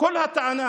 כל הטענה